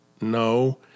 no